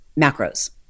macros